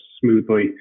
smoothly